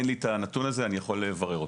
אין לי את הנתון הזה, אני יכול ברר אותו.